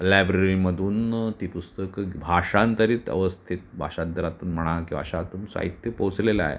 लायब्ररीमधून ती पुस्तकं भाषांतरित अवस्थेत भाषांतरातून म्हणा किंवा अशातून साहित्य पोहचलेलं आहे